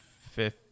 fifth